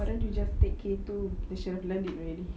why don't you just take K two they should have learn it already